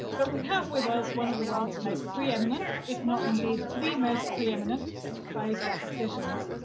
but we have with us one of the world's most preeminent, if not, indeed, the most preeminent biostatisticians.